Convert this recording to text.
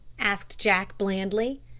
asked jack blandly.